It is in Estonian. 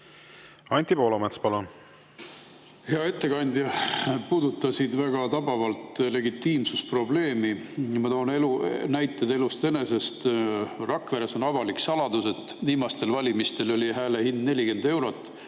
Anti Poolamets, palun! Hea ettekandja! Puudutasid väga tabavalt legitiimsusprobleemi. Ma toon näiteid elust enesest. Rakveres on avalik saladus, et viimastel valimistel oli hääle hind 40 eurot,